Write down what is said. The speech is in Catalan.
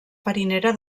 farinera